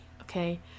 Okay